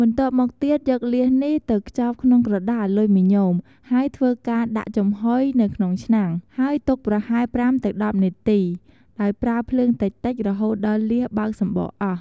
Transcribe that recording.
បន្ទាប់មកទៀតយកលៀសនេះទៅខ្ជប់ក្នុងក្រដាសអាលុយមីញ៉ូម ហើយធ្វើការដាក់ចំហុយនៅក្នុងឆ្នាំង ហើយទុកប្រហែល ៥ ទៅ ១០ នាទី ដោយប្រើភ្លើងតិចៗ រហូតដល់លៀសបើកសំបកអស់។